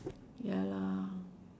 ya lah